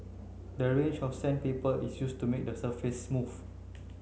the range of sandpaper is used to make the surface smooth